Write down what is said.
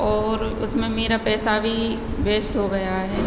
और उसमें मेरा पैसा भी वेस्ट हो गया है